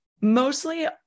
Mostly